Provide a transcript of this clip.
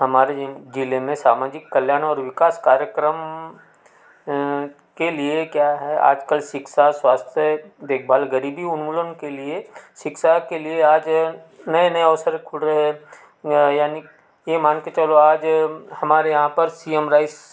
हमारे जि जिले में सामाजिक कल्याण और विकास कार्यक्रम के लिए क्या है आज कल शिक्षा स्वास्थ्य देख भाल गरीबी उन्मूलन के लिए शिक्षा के लिए आज नए नए अवसर खुल रहे हैं यानी कि यह मान कर चलो आज हमारे यहाँ पर सी एम राइस